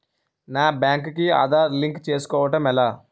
నా బ్యాంక్ కి ఆధార్ లింక్ చేసుకోవడం ఎలా?